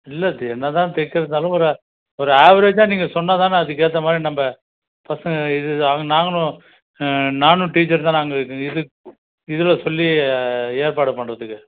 இல்லை என்னாதான் தைக்கிறதாலும் ஒரு ஆவ்ரேஜாக நீங்கள் சொன்னால்தான அதுக்கேத்தமாதிரி நம்ப பசங்க இதுதான் நாங்களும் நானும் டீச்சர்தான் நாங்கள் இருந் இதில் சொல்லி ஏற்பாடு பண்ணுறதுக்கு